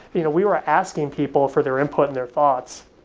you know we were asking people for their input and their thoughts.